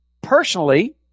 personally